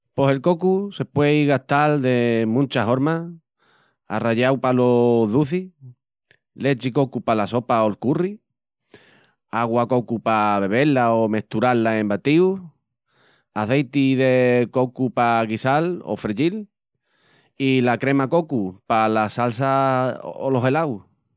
Pos el cocu se puei gastal de munchas hormas: aralláu palos ducis, lechi cocu pala sopa o'l curry, agua cocu pa bebé-la o mesturá-la en batíus, azeiti de cocu pa guisal o freyil, i la crema cocu palas salsas o los gelaus.